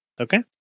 Okay